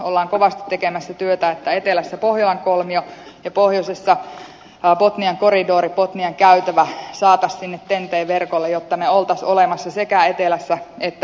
olemme kovasti tekemässä työtä että etelässä pohjolan kolmio ja pohjoisessa botnian korridori botnian käytävä saataisiin sinne ten t verkolle jotta me olisimme olemassa sekä etelässä että pohjoisessa